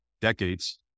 decades